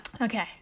Okay